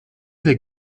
der